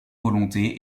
volonté